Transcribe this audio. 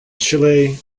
chile